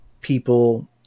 people